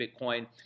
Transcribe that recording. Bitcoin